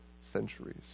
centuries